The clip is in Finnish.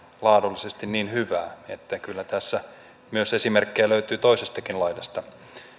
laadullisesti niin hyvää että kyllä tässä esimerkkejä löytyy toisestakin laidasta